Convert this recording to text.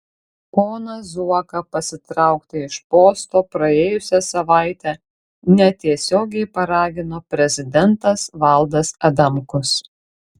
poną zuoką pasitraukti iš posto praėjusią savaitę netiesiogiai paragino prezidentas valdas adamkus